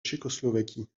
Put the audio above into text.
tchécoslovaquie